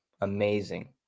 amazing